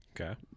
okay